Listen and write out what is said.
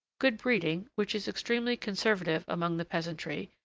good-breeding, which is extremely conservative among the peasantry,